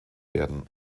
werden